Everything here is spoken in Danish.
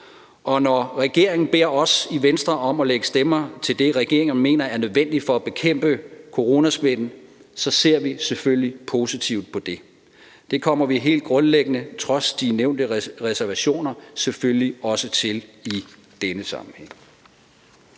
og når regeringen beder os i Venstre om at lægge stemmer til det, regeringen mener er nødvendigt for at bekæmpe coronasmitten, ser vi selvfølgelig positivt på det. Det kommer vi helt grundlæggende, trods de nævnte reservationer, selvfølgelig også til i denne sammenhæng.